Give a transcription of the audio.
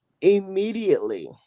immediately